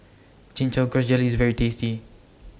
Chin Chow Grass Jelly IS very tasty